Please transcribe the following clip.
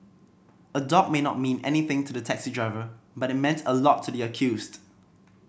a dog may not mean anything to the taxi driver but it meant a lot to the accused